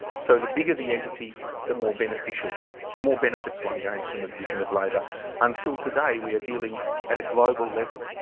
so, the bigger the entity the more beneficial the more benefits one gains from the division of labor until today. we are dealing at a global level,